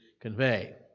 convey